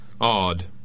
Odd